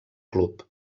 club